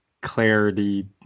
clarity